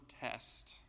test